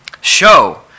Show